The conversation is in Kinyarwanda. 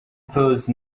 close